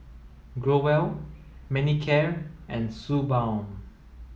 Growell Manicare and Suu Balm